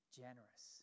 generous